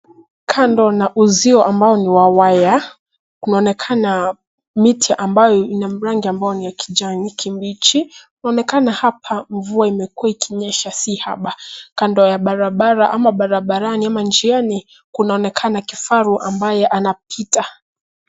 Kando na uzio ambao ni wa waya, kunaonekana miti ambayo ina rangi ambayo ni ya kijani kibichi, inaonekana hapa mvua imekua ikinyesha si haba. Kando ya barabara ama barabarani ama njiani kunaonekana kifaru ambaye anapita.